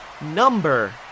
number